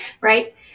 right